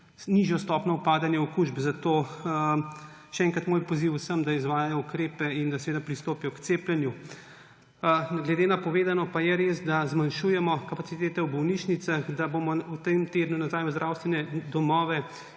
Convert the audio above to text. nižjo stopnjo upadanja okužb. Zato še enkrat moj poziv vsem, da izvajajo ukrepe in pristopijo k cepljenju. Glede na povedano pa je res, da zmanjšujemo kapacitete v bolnišnicah, da bomo v tem tednu nazaj v zdravstvene domove